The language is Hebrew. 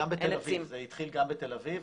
זה התחיל גם בתל אביב.